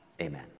Amen